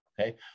okay